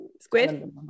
Squid